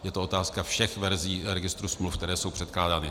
Je to otázka všech verzí registru smluv, které jsou předkládány.